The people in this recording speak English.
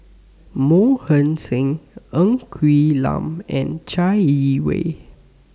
Mohan Singh Ng Quee Lam and Chai Yee Wei